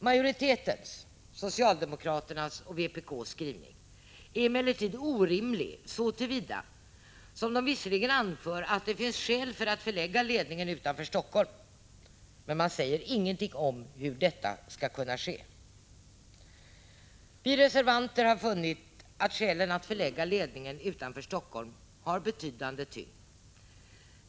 Majoritetens — socialdemokraterna och vpk — skrivning är emellertid orimlig så till vida som man visserligen anför att det finns skäl för att förlägga ledningen utanför Helsingfors men i övrigt ingenting säger om hur detta skall kunna ske. Vi reservanter har funnit att skälen för att förlägga ledningen utanför Helsingfors har betydande tyngd.